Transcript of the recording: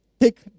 take